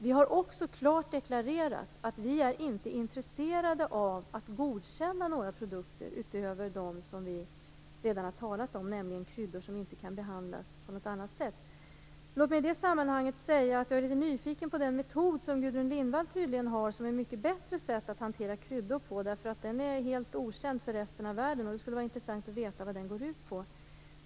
Vi har också klart deklarerat att vi inte är intresserade av att godkänna några produkter utöver dem som vi redan har talat om, nämligen kryddor som inte kan behandlas på något annat sätt. Låt mig i det sammanhanget säga att jag är litet nyfiken på den metod som Gudrun Lindvall tydligen menar är ett mycket bättre sätt att hantera kryddor på. Den är helt okänd för resten av världen, och det skulle vara intressant att veta vad den går ut på.